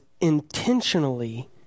intentionally